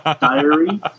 diary